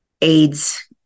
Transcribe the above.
AIDS